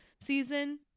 season